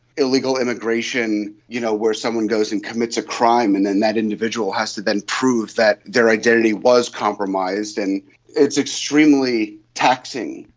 illegal immigration, you know where someone goes and commits a crime and then that individual has to then prove that their identity was compromised. and it's extremely taxing,